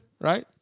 right